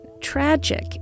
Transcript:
tragic